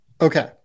Okay